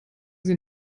sie